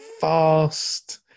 fast